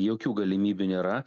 jokių galimybių nėra